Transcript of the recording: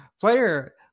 player